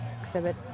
Exhibit